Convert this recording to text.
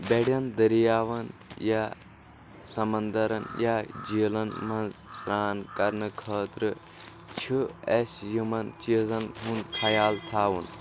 بڑٮ۪ن دٔرۍ یاون یا سمندرن یا جیٖلن منٛز سرٛان کرنہٕ خأطرٕ چھ اَسہِ یِمن چیٖزن ہُنٛد خیال تھاوُن